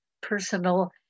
personal